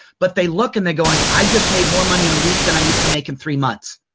but they look and they're going, i just made more money in a week then i used to make in three months.